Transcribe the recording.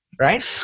right